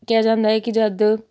ਕਿਹਾ ਜਾਂਦਾ ਹੈ ਕਿ ਜਦ